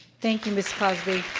thank you, ms. cosby.